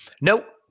Nope